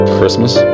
Christmas